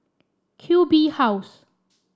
Q B House